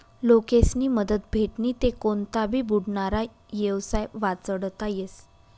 लोकेस्नी मदत भेटनी ते कोनता भी बुडनारा येवसाय वाचडता येस